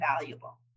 valuable